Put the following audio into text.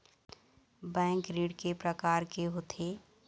Bank ऋण के प्रकार के होथे?